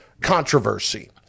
controversy